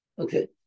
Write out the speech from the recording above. Okay